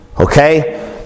okay